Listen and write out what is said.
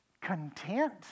content